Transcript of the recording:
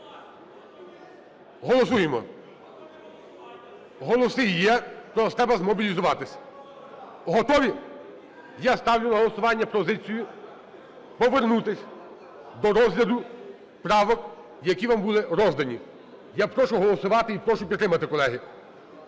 Голосуємо! Голоси є, просто треба змобілізуватись. Готові? Я ставлю на голосування пропозицію повернутися до розгляду правок, які вам були роздані. Я прошу голосувати і прошу підтримати, колеги.